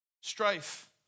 Strife